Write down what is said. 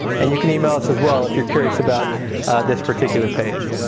and you can email us as well if you're curious about this particular page.